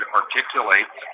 articulate